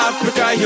Africa